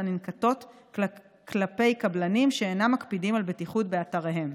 הננקטות כלפי קבלנים שאינן מקפידים על בטיחות באתריהם.